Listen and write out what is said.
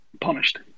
punished